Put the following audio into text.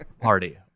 party